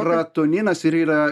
ratoninas ir yra